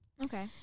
Okay